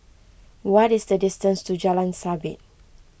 what is the distance to Jalan Sabit